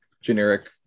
generic